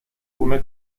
une